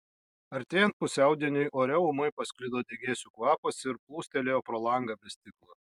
artėjant pusiaudieniui ore ūmai pasklido degėsių kvapas ir plūstelėjo pro langą be stiklo